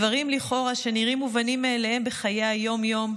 דברים שלכאורה נראים מובנים מאליהם בחייהם בחיי היום-יום,